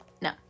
no